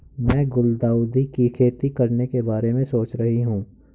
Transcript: मैं गुलदाउदी की खेती करने के बारे में सोच रही हूं